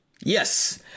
Yes